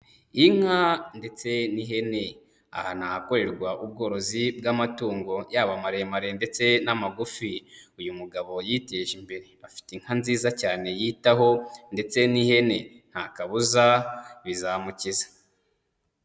Inka ndetse n'ihene, aha ni ahakorerwa ubworozi bw'amatungo yaba amaremare ndetse n'amagufi, uyu mugabo yiteje imbere afite inka nziza cyane yitaho ndetse n'ihene ntakabuza bizamukiza.